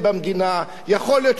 יכול להיות שתהיה לכם אפשרות.